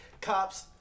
Cops